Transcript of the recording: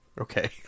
Okay